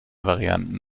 varianten